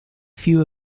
few